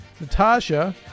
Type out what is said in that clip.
Natasha